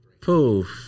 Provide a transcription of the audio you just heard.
poof